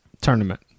tournament